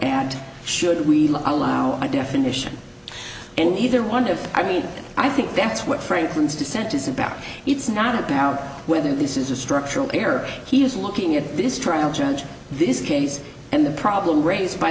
and should we allow definition in either one of i mean i think that's what franklin's dissent is about it's not about whether this is a structural error he's looking at this trial judge this case and the problem raised by